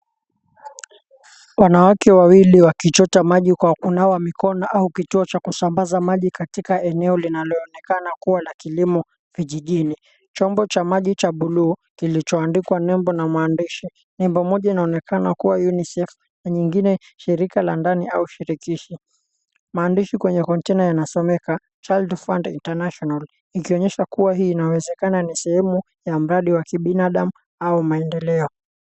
Wanawake wawili wakichota maji kwa kunawa mikono au kichwa cha kusambaza maji katika eneo linaloonekana kuwa la kilimo vijijini. Chombo cha maji cha blue kilichoandikwa nembo na mwandishi. Nembo moja inaonekana kuwa, UNICEF, na nyingine shirika la ndani au shirikishi. Mwandishi kwenye kontena yanasomeka, Child Fund International, ikionyesha kuwa hii inawezekana ni sehemu ya mradi wa kibinadamu au maendeleo.